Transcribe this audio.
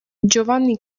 giovanni